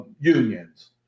unions